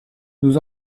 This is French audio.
nous